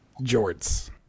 jorts